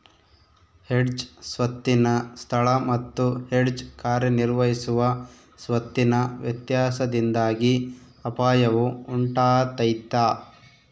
hedge ಸ್ವತ್ತಿನ ಸ್ಥಳ ಮತ್ತು ಹೆಡ್ಜ್ ಕಾರ್ಯನಿರ್ವಹಿಸುವ ಸ್ವತ್ತಿನ ವ್ಯತ್ಯಾಸದಿಂದಾಗಿ ಅಪಾಯವು ಉಂಟಾತೈತ